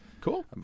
Cool